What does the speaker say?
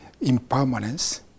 impermanence